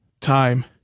time